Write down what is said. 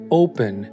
open